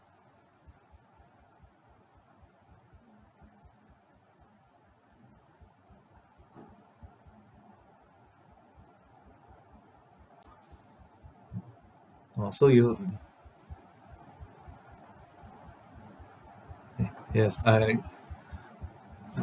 orh so you eh yes I